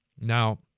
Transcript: Now